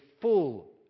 full